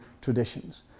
traditions